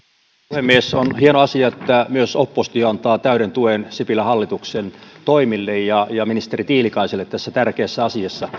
puhemies on hieno asia että myös oppositio antaa täyden tuen sipilän hallituksen toimille ja ja ministeri tiilikaiselle tässä tärkeässä asiassa